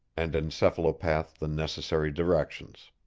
and encephalopathed the necessary directions.